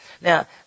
Now